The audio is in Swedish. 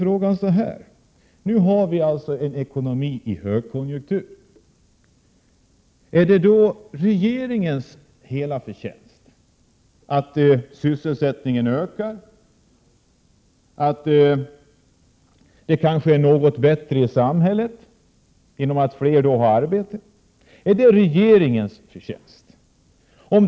Eftersom vi nu har högkonjunktur i ekonomin, kan man ställa sig frågan: Är det regeringens hela förtjänst att sysselsättningen ökar, att det är fler som har ett arbete och att förhållandena i samhället kanske är något bättre?